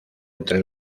entre